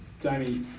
Jamie